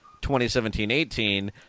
2017-18